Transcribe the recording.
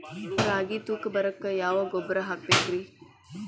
ರಾಗಿ ತೂಕ ಬರಕ್ಕ ಯಾವ ಗೊಬ್ಬರ ಹಾಕಬೇಕ್ರಿ?